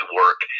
work